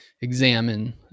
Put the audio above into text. examine